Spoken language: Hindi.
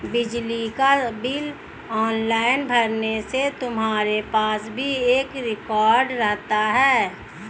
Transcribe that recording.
बिजली का बिल ऑनलाइन भरने से तुम्हारे पास भी एक रिकॉर्ड रहता है